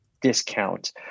discount